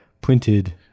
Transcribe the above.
printed